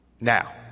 Now